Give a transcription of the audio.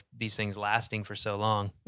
these things lasting for so long.